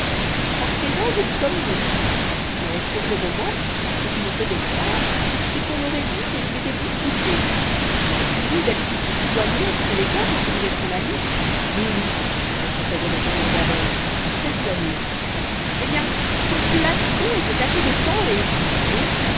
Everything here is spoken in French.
à présent je dis comme vous mais sur le moment ce qui me faisait croire c'est qu'on aurait dit qu'il s'était disputé lui d'habitude si soigneux vous savez bien puisque vous êtes son ami oui oui s'empressa de répondre javel très soigné eh bien son plastron était taché de sang et et